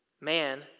Man